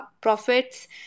profits